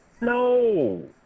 No